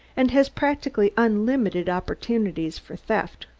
and has practically unlimited opportunities for theft,